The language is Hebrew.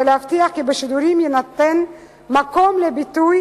ולהבטיח כי בשידורים יינתן מקום לביטוי